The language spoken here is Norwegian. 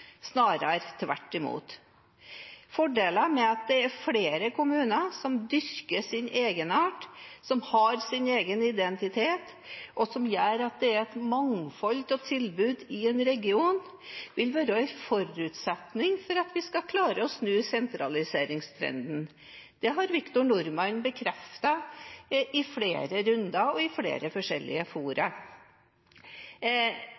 snarere tvert imot. Fordelen ved at det er flere kommuner som dyrker sin egenart, som har sin egen identitet, og som gjør at det er et mangfold av tilbud i en region, vil være en forutsetning for at vi skal klare å snu sentraliseringstrenden. Det har Victor Norman bekreftet i flere runder og i flere forskjellige fora.